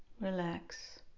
relax